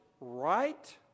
right